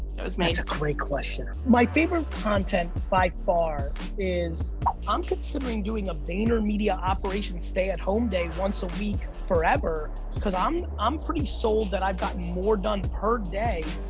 that was me. that's a great question. my favorite content by far is i'm considering doing a vaynermedia operations stay at home day once a week forever, because i'm i'm pretty sold that i've gotten more done per day,